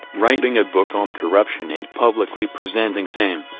writing a book on corruption and publicly presenting same.